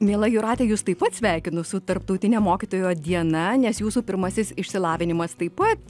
miela jūrate jus taip pat sveikinu su tarptautine mokytojo diena nes jūsų pirmasis išsilavinimas taip pat